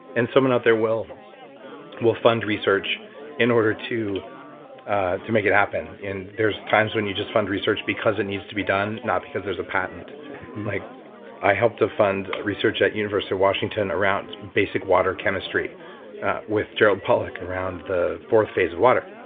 and someone out there will will fund research in order to to make it happen. there's times when you just fund research because it needs to be done not because there's a patent like i helped to fund research at university of washington around basic water chemistry with gerald pollack around the fourth phase of water.